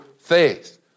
faith